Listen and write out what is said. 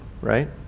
right